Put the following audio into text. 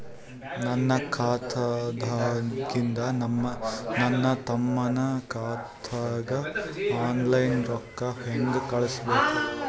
ನನ್ನ ಖಾತಾದಾಗಿಂದ ನನ್ನ ತಮ್ಮನ ಖಾತಾಗ ಆನ್ಲೈನ್ ರೊಕ್ಕ ಹೇಂಗ ಕಳಸೋದು?